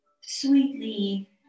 sweetly